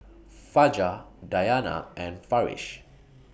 Fajar Dayana and Farish